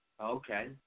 Okay